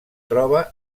troba